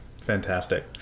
Fantastic